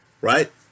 Right